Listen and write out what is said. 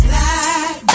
Black